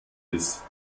bis